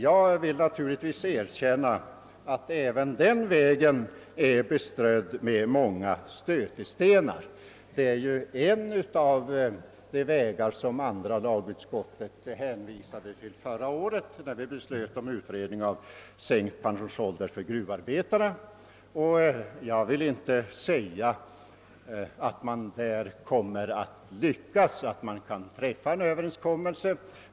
Jag är villig att erkänna att även den vägen har många stötestenar, men det är en av de vägar som andra lagutskottet förra året hänvisade till när riksdagen beslöt om en utredning angående sänkt pensionsålder för gruvarbetare. Jag vill inte påstå att det är säkert att man lyckas träffa en överenskommelse.